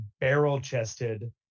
barrel-chested